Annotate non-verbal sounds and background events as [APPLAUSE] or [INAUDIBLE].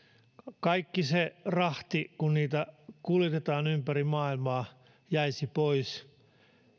[UNINTELLIGIBLE] kaikki se rahti kun niitä kuljetetaan ympäri maailmaa jäisi pois